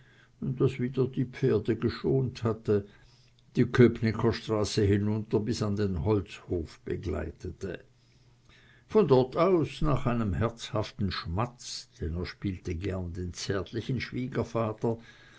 das wieder die pferde geschont hatte die köpnicker straße hinunter bis an den holzhof begleitete von dort aus nach einem herzhaften schmatz denn er spielte gern den zärtlichen